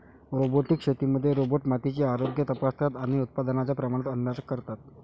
robotic शेतीमध्ये robot मातीचे आरोग्य तपासतात आणि उत्पादनाच्या प्रमाणात अंदाज करतात